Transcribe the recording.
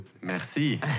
Merci